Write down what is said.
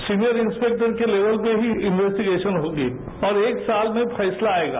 senior inspector के table से ही इन्वेस्टीभेशन होगी और एक साल में फैसला आयेगा